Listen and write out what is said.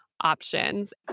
options